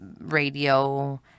radio